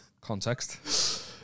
Context